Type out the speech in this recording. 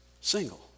single